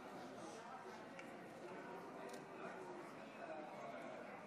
(הישיבה נפסקה בשעה 13:12 ונתחדשה בשעה 13:40.)